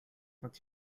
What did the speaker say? but